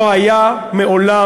לא היה מעולם,